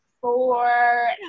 four